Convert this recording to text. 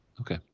Okay